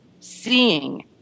Seeing